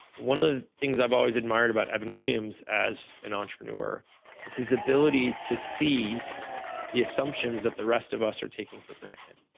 one of the things i've always admired about evan williams as an entrepreneur is his ability to see the assumptions that the rest of us are taken for granted.